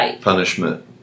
punishment